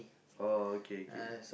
uh okay okay